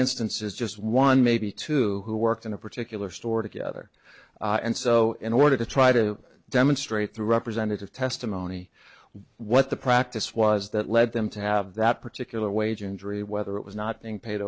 instances just one maybe two who worked in a particular store together and so in order to try to demonstrate through representative testimony what the practice was that led them to have that particular wage injury whether it was not being paid